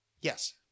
Yes